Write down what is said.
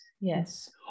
Yes